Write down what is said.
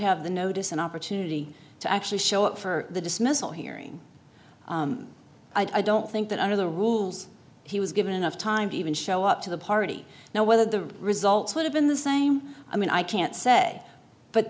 have the notice and opportunity to actually show up for the dismissal hearing i don't think that under the rules he was given enough time to even show up to the party now whether the results would have been the same i mean i can't say but